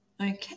Okay